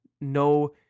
no